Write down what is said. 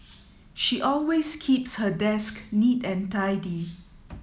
she always keeps her desk neat and tidy